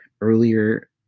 earlier